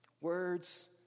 Words